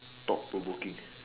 top to bookings